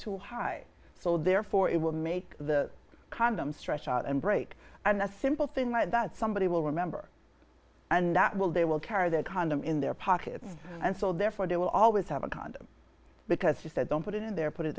too high so therefore it will make the condom stretch out and break and a simple thing like that somebody will remember and that will they will carry that condom in their pocket and so therefore they will always have a condom because you said don't put it in there put it